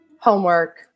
homework